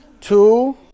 Two